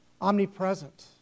omnipresent